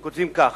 הם כותבים כך: